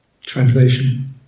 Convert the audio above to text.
translation